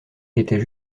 était